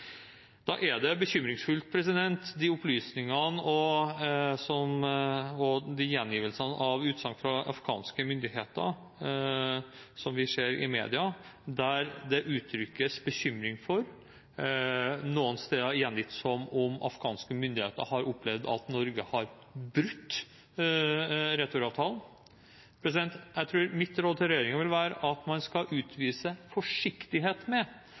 Da er det bekymringsfullt at i de opplysningene og de gjengivelsene av utsagn fra afghanske myndigheter, som vi ser i media, uttrykkes det bekymring for noen steder, gjengitt som om afghanske myndigheter har opplevd at Norge har brutt returavtalen. Jeg tror mitt råd til regjeringen vil være at man skal utvise forsiktighet med